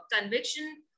conviction